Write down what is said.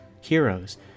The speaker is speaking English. heroes